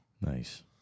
Nice